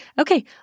Okay